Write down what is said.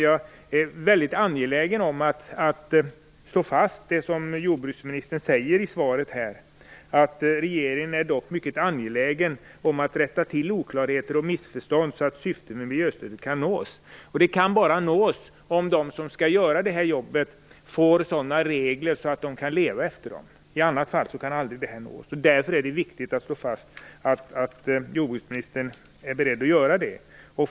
Jag är väldigt angelägen om att slå fast det som jorbruksministern säger i svaret: "Regeringen är dock mycket angelägen om att rätta till oklarheter och missförstånd så att syftet med miljöstödet kan nås." Det kan bara nås om de som skall utföra arbetet får sådana regler att det går att leva efter dem. I annat fall kan det aldrig gå. Därför är det viktigt att slå fast att jordbruksministern är beredd att medverka till sådana regler.